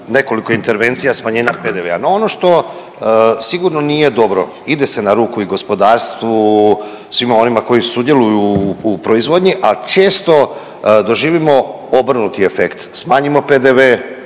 nekoliko intervencija smanjena PDV-a. N o, ono što sigurno nije dobro ide se na ruku i gospodarstvu, svima onima koji sudjeluju u proizvodnji, ali često doživimo obrnuti efekt smanjimo PDV,